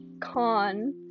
con